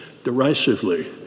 derisively